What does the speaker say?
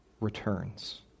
returns